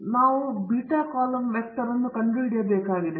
ಈಗ ನಾವು beta column vector ಅನ್ನು ಕಂಡುಹಿಡಿಯಬೇಕಾಗಿದೆ